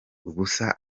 ubusa